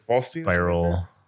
spiral